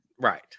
Right